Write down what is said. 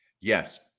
Yes